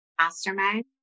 Mastermind